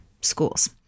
schools